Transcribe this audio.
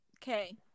Okay